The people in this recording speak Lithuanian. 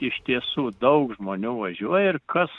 iš tiesų daug žmonių važiuoja ir kas